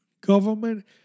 Government